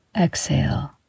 Exhale